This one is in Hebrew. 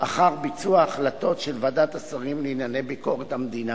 אחר ביצוע החלטות של ועדת השרים לענייני ביקורת המדינה